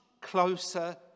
closer